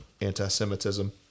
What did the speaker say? anti-Semitism